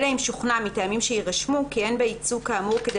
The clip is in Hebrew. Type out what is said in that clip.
אלא אם שוכנע מטעמים שיירשמו כי אין בייצוג כאמור כדי